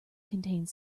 contained